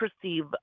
perceive